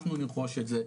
אנחנו נרכוש את זה,